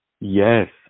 Yes